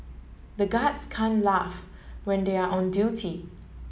the guards can laugh when they are on duty